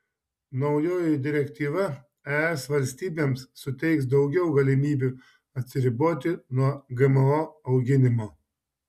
naujoji direktyva es valstybėms suteiks daugiau galimybių atsiriboti nuo gmo auginimo